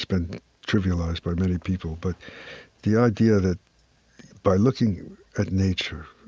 been trivialized by many people, but the idea that by looking at nature,